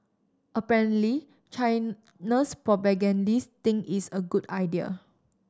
apparently China's propagandists think it's a good idea